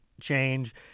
change